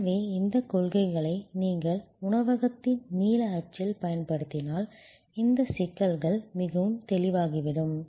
எனவே இந்த கொள்கைகளை நீங்கள் உணவகத்தின் நீல அச்சில் பயன்படுத்தினால் இந்த சிக்கல்கள் மிகவும் தெளிவாகிவிடும்